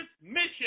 mission